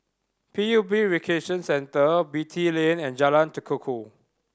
P U B Recreation Centre Beatty Lane and Jalan Tekukor